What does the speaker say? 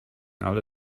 alle